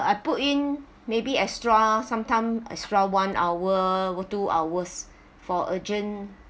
I put in maybe extra sometime extra one hour two hours for urgent